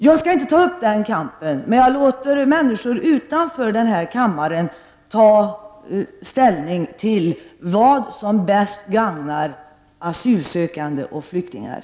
Jag skall inte ta upp den kampen, utan jag låter människor utanför denna kammare ta ställning till vad som bäst gagnar asylsökande och flyktingar.